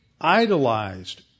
idolized